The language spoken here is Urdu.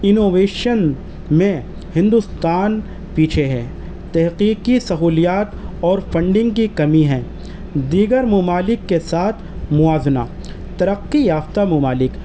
انوویشن میں ہندوستان پیچھے ہے تحقیقی سہولیات اور فنڈنگ کی کمی ہے دیگر ممالک کے ساتھ موازنہ ترقی یافتہ ممالک